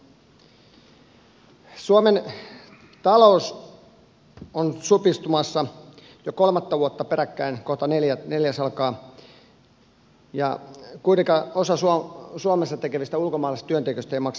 suomen talous on supistumassa jo kolmatta vuotta peräkkäin kohta neljäs alkaa ja kuitenkaan osa suomessa työtä tekevistä ulkomaalaisista työntekijöistä ei maksa veroa meille lainkaan